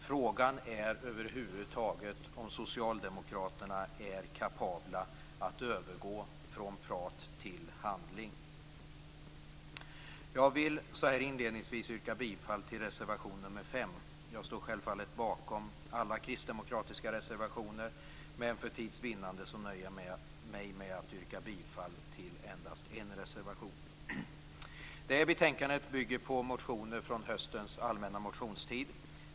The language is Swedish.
Frågan är om socialdemokraterna över huvud taget är kapabla att övergå från prat till handling. Jag vill inledningsvis yrka bifall till reservation nr 5. Jag står självfallet bakom alla kristdemokratiska reservationer, men för tids vinnande nöjer jag mig med att yrka bifall till endast en reservation. Det här betänkandet bygger på motioner från höstens allmänna motionstid.